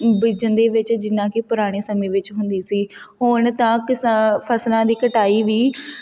ਬੀਜਣ ਦੇ ਵਿੱਚ ਜਿੰਨਾਂ ਕਿ ਪੁਰਾਣੇ ਸਮੇਂ ਵਿੱਚ ਹੁੰਦੀ ਸੀ ਹੁਣ ਤਾਂ ਕਿਸਾ ਫਸਲਾਂ ਦੀ ਕਟਾਈ ਵੀ